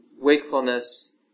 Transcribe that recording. wakefulness